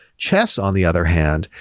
chess, on the other hand,